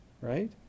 right